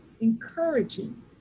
encouraging